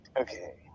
okay